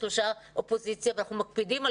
ושלושה חברי כנסת מהאופוזיציה ואנחנו מקפידים על